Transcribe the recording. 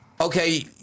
Okay